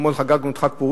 אתמול חגגנו את חג פורים,